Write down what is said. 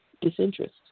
disinterest